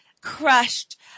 crushed